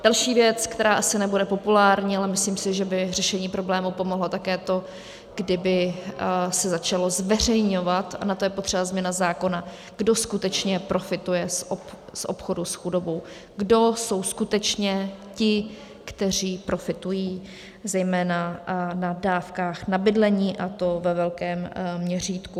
Další věc, která asi nebude populární ale myslím si, že by řešení problému pomohlo také to, kdyby se začalo zveřejňovat, a na to je potřeba změna zákona, kdo skutečně profituje z obchodu s chudobou, kdo jsou skutečně ti, kteří profitují zejména na dávkách na bydlení, a to ve velkém měřítku.